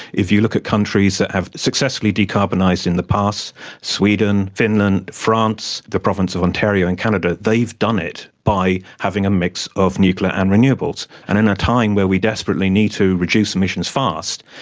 if you look at countries that have successfully decarbonised in the past sweden, finland, france, the province of ontario in canada they've done it by having a mix of nuclear and renewables. and in a time when we desperately need to reduce emissions fast,